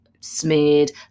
smeared